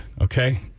Okay